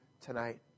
tonight